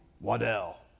Waddell